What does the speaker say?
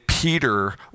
Peter